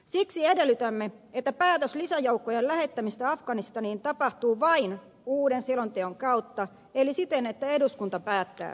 siksi edellytämme että päätös lisäjoukkojen lähettämisestä afganistaniin tapahtuu vain uuden selonteon kautta eli siten että eduskunta päättää siitä